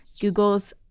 Google's